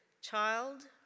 Child